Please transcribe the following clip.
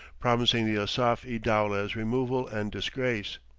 promising the asaf-i-dowleh's removal and disgrace.